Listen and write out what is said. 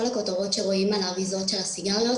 כל הכותרות שרואים על האריזות של הסיגריות,